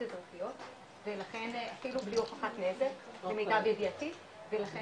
אזרחיות ולכן אפילו בלי הוכחת נזק למיטב ידיעתי ולכן